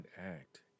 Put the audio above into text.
act